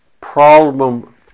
problem